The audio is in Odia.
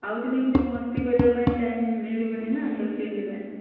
ଆଉ ଦିନେ ଏମିତି ମସ୍ତି କରିବା ପାଇଁ ଟାଇମ୍ ମିଳିବନି ନା ତ ସେହିଥିପାଇଁ